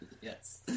Yes